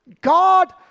God